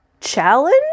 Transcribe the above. challenge